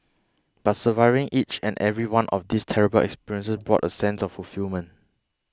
but surviving each and every one of these terrible experiences brought a sense of fulfilment